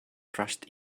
trust